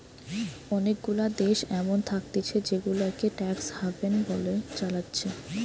অনেগুলা দেশ এমন থাকতিছে জেগুলাকে ট্যাক্স হ্যাভেন বলে চালাচ্ছে